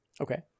okay